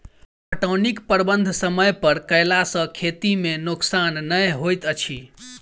पटौनीक प्रबंध समय पर कयला सॅ खेती मे नोकसान नै होइत अछि